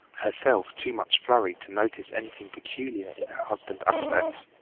herself too much flurried to notice anything peculiar in her husband's aspect.